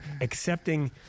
accepting